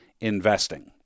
investing